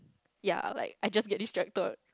ya like I just get distracted